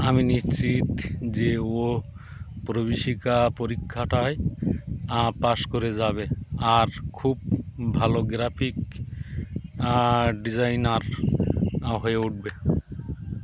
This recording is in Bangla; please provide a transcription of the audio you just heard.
আমি নিশ্চিত যে ও প্রবেশিকা পরীক্ষাটায় আ পাশ করে যাবে আর খুব ভালো গ্রাফিক ডিজাইনার না হয়ে উঠবে